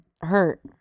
hurt